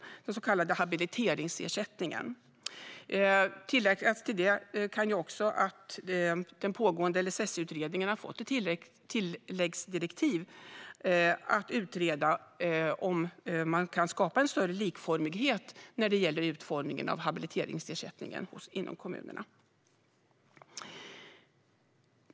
Det är den så kallade habiliteringsersättningen. Tilläggas kan att den pågående LSS-utredningen har fått ett tilläggsdirektiv att utreda om man kan skapa en större likformighet när det gäller utformningen av habiliteringsersättningen inom kommunerna.